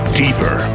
deeper